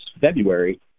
February